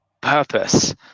purpose